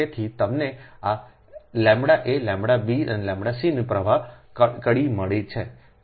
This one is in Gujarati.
તેથી તમને આflaʎb અનેʎc ની આ પ્રવાહ કડી મળી છે